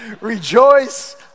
Rejoice